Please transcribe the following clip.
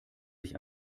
sich